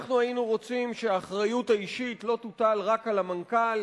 היינו רוצים שהאחריות האישית לא תוטל רק על המנכ"ל,